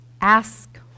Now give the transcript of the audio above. ask